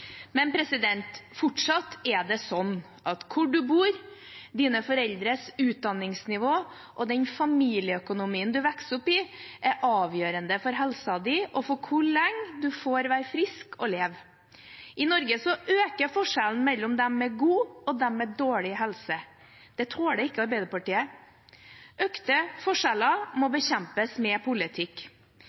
Men fortsatt er det sånn at hvor du bor, dine foreldres utdanningsnivå og den familieøkonomien du vokser opp i, er avgjørende for helsen din og for hvor lenge du får være frisk og leve. I Norge øker forskjellen mellom dem med god og dem med dårlig helse. Det tåler ikke Arbeiderpartiet. Økte forskjeller må bekjempes med politikk.